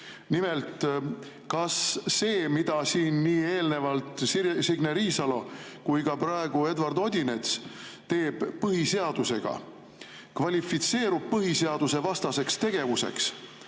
Nimelt, kas see, mida siin eelnevalt tegi Signe Riisalo ja praegu teeb Eduard Odinets põhiseadusega, kvalifitseerub põhiseadusevastaseks tegevuseks